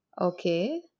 Okay